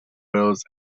wills